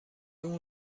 اون